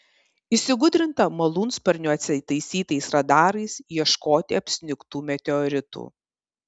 įsigudrinta malūnsparniuose įtaisytais radarais ieškoti apsnigtų meteoritų